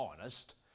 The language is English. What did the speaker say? honest